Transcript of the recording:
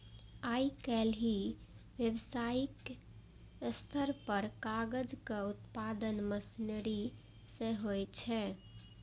आइकाल्हि व्यावसायिक स्तर पर कागजक उत्पादन मशीनरी सं होइ छै